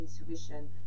intuition